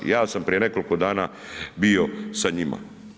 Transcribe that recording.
Ja sam prije nekoliko dana bio sa njima.